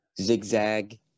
zigzag